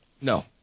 no